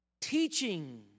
teaching